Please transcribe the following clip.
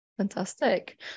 Fantastic